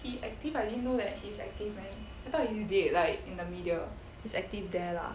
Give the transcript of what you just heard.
he is active there lah